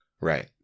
Right